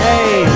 Hey